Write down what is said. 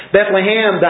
Bethlehem